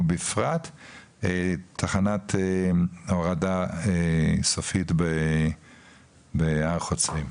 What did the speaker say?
ובפרט תחנת הורדה סופית בהר חוצבים.